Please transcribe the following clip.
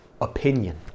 opinion